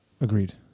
agreed